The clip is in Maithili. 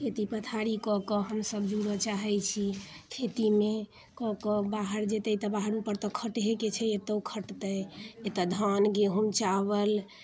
खेती पथारी कऽ कऽ हमसभ जुड़ चाहैत छी खेतीमे कऽ कऽ बाहर जयतै तऽ बाहरो पर तऽ खटहेके छै तऽ एतहो खटतै एतऽ धान गेहूँ चावल